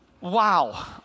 wow